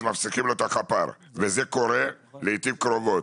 מפסיקים לו את החפ"ר וזה קורה לעתים קרובות.